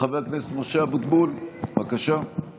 חבר הכנסת משה אבוטבול, בבקשה.